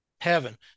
heaven